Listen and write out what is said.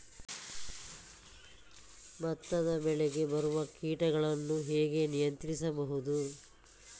ಭತ್ತದ ಬೆಳೆಗೆ ಬರುವ ಕೀಟಗಳನ್ನು ಹೇಗೆ ನಿಯಂತ್ರಿಸಬಹುದು?